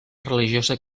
religiosa